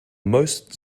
most